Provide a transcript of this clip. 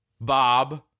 Bob